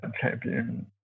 champion